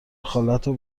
خالتو